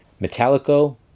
Metallico